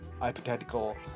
hypothetical